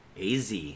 AZ